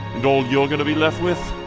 and all you're gonna be left with.